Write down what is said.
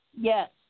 Yes